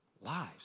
lives